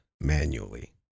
manually